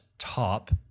top